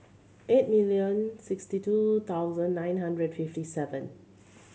eight million sixty two thousand nine hundred fifty seven